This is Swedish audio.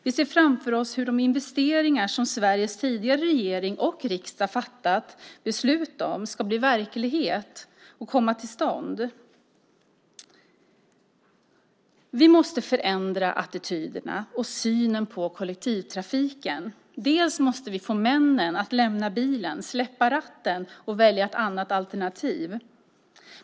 Vi ser framför oss hur de investeringar som Sveriges tidigare regering och riksdag har fattat beslut om ska bli verklighet och komma till stånd. Vi måste förändra attityderna och synen på kollektivtrafiken. Vi måste få männen att lämna bilen, att släppa ratten, och välja ett annat alternativ.